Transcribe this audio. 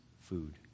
food